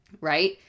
right